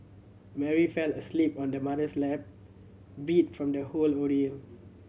Mary fell asleep on her mother's lap beat from the whole ordeal